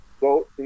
go